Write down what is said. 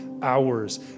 Hours